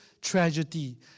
tragedy